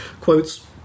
quotes